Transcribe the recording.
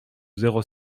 zéro